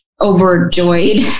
overjoyed